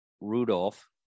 Rudolph